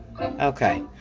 Okay